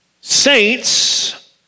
saints